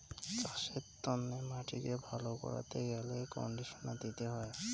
চাসের তন্নে মাটিকে ভালো করাত গ্যালে কন্ডিশনার দিতে হই